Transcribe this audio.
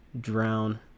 drown